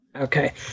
okay